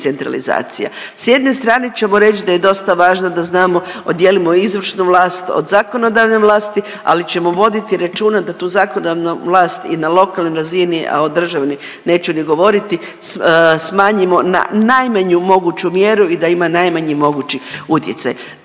S jedne strane ćemo reći da je dosta važno da znamo, odijelimo izvršnu vlast od zakonodavne vlasti, ali ćemo voditi računa da tu zakonodavna vlast i na lokalnoj razini, a o državnoj neću ni govoriti, smanjimo na najmanju moguću mjeru i da ima najmanji mogući utjecaj.